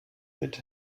mit